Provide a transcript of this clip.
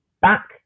back